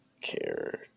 care